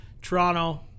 toronto